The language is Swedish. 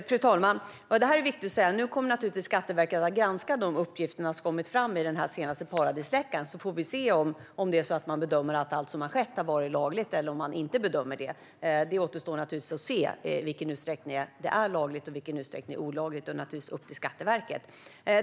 Fru talman! Det här är viktigt att säga: Nu kommer naturligtvis Skatteverket att granska de uppgifter som har kommit fram i den senaste paradisläckan. Sedan får man bedöma om allt som har skett har varit lagligt eller inte. Det återstår ju att se i vilken utsträckning det är eller inte är lagligt, och det är upp till Skatteverket.